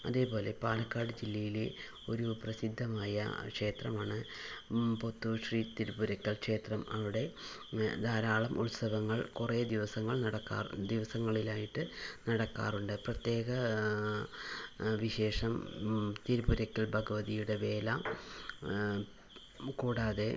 അതേപോലെ പാലക്കാട് ജില്ലയിലെ ഒരു പ്രസിദ്ധമായ ക്ഷേത്രമാണ് പൊത്തൂർ ശ്രീ തിരുപുരയ്ക്കൽ ക്ഷേത്രം അവിടെ ധാരാളം ഉത്സവങ്ങൾ കുറേ ദിവസങ്ങൾ നടക്കാറുണ്ട് ദിവസങ്ങളിലായിട്ട് നടക്കാറുണ്ട് പ്രത്യേക വിശേഷം തിരുപുരയ്ക്കൽ ഭഗവതിയുടെ വേല കൂടാതെ